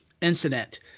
incident